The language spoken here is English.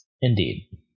Indeed